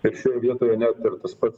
ir šioje vietoje net ir tas pats